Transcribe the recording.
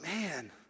man